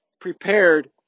prepared